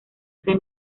ese